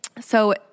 So-